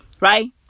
Right